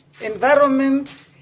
environment